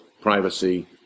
privacy